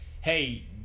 hey